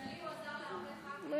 הוא עזר להרבה ח"כים.